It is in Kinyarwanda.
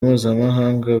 mpuzamahanga